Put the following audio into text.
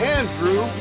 Andrew